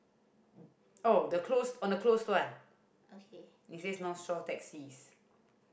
okay